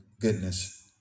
goodness